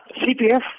CPF